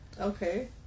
Okay